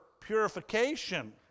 purification